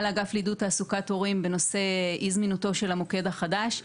האגף לעידוד תעסוקת הורים בנושא אי זמינותו של המוקד החדש.